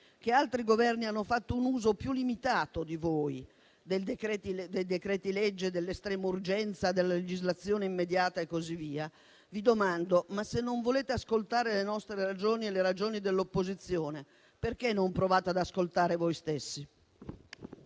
che altri Governi hanno fatto un uso più limitato di voi dei decreti-legge, dell'estrema urgenza, della legislazione immediata e così via, vi domando quanto segue: se non volete ascoltare le nostre ragioni, le ragioni dell'opposizione, perché non provate ad ascoltare voi stessi?